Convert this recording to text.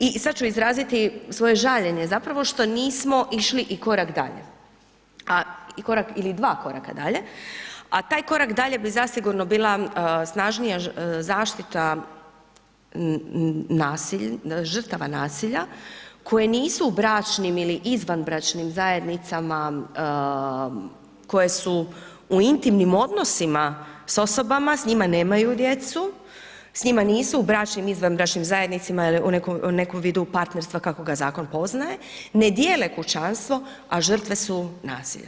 I sada ću izraziti svoje žaljenje zapravo što nismo išli korak dalje ili dva koraka dalje, a taj korak dalje bi zasigurno bila snažnija zaštita žrtava nasilja koji nisu u bračnim ili izvanbračnim zajednicama, koje su u intimnim odnosima s osobama s njima nemaju djecu, s njima nisu u bračnim ili izvanbračnim zajednicama ili u nekom vidu partnerstva kako ga zakon poznaje, ne dijele kućanstvo, a žrtve su nasilja.